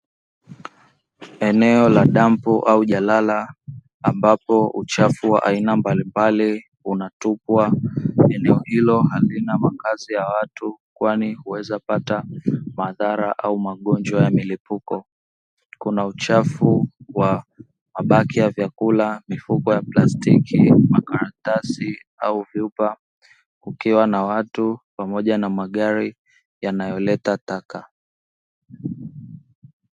Eneo la dampo au jalala ambapo uchafu wa aina mbalimbali unatupwa, eneo hilo halina makazi ya watu kwani huweza pata madhara au magonjwa ya mlipuko. Kuna uchafu wa mabaki ya vyakula, mifuko ya plastiki, makaratasi au vyupa, kukiwa na watu pamoja na magari yanayoleta taka.